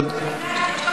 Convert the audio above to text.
הגשת.